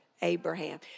Abraham